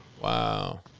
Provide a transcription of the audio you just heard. Wow